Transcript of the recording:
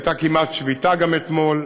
הייתה גם כמעט שביתה אתמול,